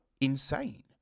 insane